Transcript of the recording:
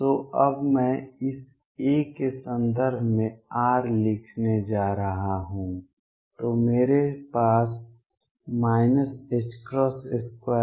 तो अब मैं इस a के संदर्भ में r लिखने जा रहा हूँ तो मेरे पास 22md2udr2 ll122mr2u Ze24π01ru